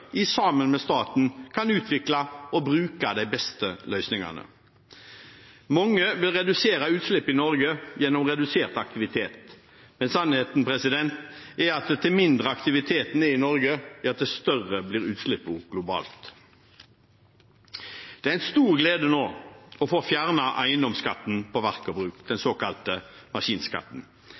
næringslivet sammen med staten kan utvikle og bruke de beste løsningene. Mange vil redusere utslipp i Norge gjennom redusert aktivitet, men sannheten er at jo mindre aktiviteten er i Norge, jo større blir utslippene globalt. Det er en stor glede nå å få fjernet eiendomsskatten på verk og bruk, den såkalte maskinskatten.